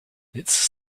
its